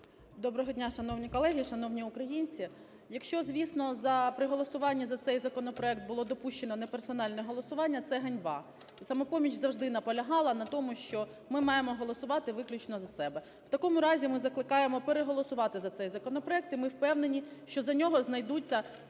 Доброго дня, шановні колеги! Шановні українці! Якщо, звісно при голосуванні за цей законопроект було допущено не персональне голосування це ганьба. "Самопоміч" завжди наполягала на тому, що ми маємо голосувати виключно за себе. В такому разі ми закликаємо переголосувати за цей законопроект і ми впевнені, що за нього знайдуться